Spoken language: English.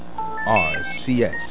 RCS